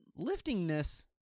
liftingness